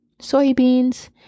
soybeans